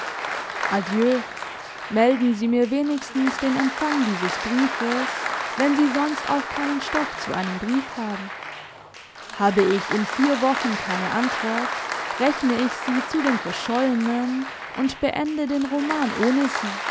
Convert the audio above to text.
melden sie mir wenigstens den empfang dieses briefes wenn sie sonst auch keinen stoff zu einem brief haben habe ich in vier wochen keine antwort rechne ich sie zu den verschollenen und beende den roman ohne sie